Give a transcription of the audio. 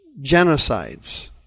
genocides